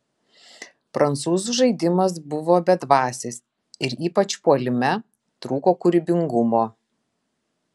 prancūzų žaidimas buvo bedvasis ir ypač puolime trūko kūrybingumo